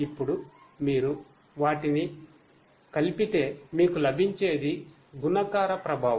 ఇప్పుడు మీరు వాటిని కలిపితే మీకు లభించేది గుణకారప్రభావం